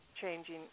changing